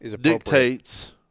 dictates